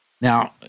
Now